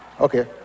okay